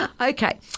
Okay